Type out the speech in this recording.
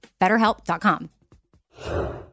BetterHelp.com